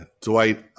Dwight